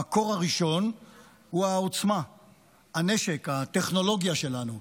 המקור הראשון הוא העוצמה, הנשק, הטכנולוגיה שלנו.